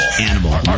Animal